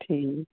ਠੀਕ